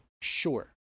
Sure